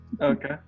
Okay